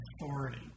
authority